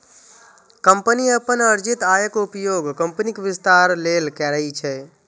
company अपन अर्जित आयक उपयोग कंपनीक विस्तार लेल करै छै